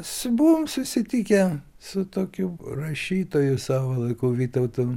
su buvom susitikę su tokiu rašytoju savo laiku vytautu